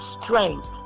strength